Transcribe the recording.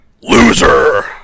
Loser